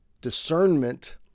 discernment